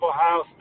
Ohio